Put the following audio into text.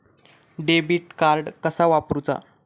Debit card कसा वापरुचा?